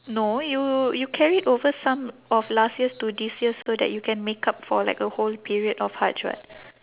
no you you carried over some of last year's to this year's so that you can make up for like a whole period of hajj [what]